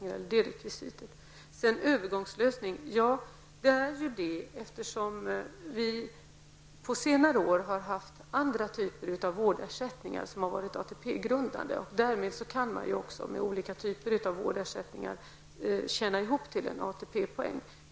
Det är fråga om en övergångslösning eftersom vi under senare år har haft andra typer av vårdersättningar som har varit ATP-grundande, och därmed kan man också med olika typer av vårdersättningar tjäna ihop ATP-poäng.